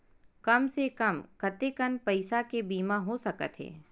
कम से कम कतेकन पईसा के बीमा हो सकथे?